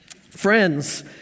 Friends